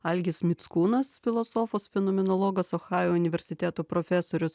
algis mickūnas filosofas fenomenologas ohajo universiteto profesorius